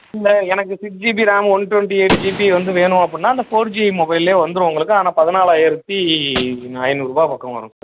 இல்லை எனக்கு six GB RAM one twenty eight GB வந்து வேணும் அப்படின்னா அந்த ஃபோர் ஜி மொபைல்லே வந்துரும் உங்களுக்கு ஆனால் பதினாலாயிரத்து ஐநூறுவா வரும்